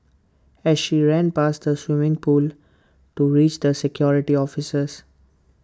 as she ran past the swimming pool to reach the security officers